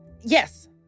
Yes